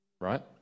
Right